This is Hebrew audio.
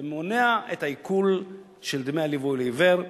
ומונע את העיקול של דמי הליווי לעיוור.